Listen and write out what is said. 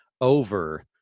over